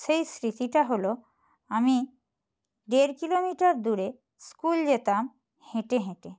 সেই স্মৃতিটা হলো আমি দেড় কিলোমিটার দূরে স্কুল যেতাম হেঁটে হেঁটে